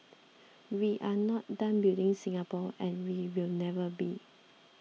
we are not done building Singapore and we will never be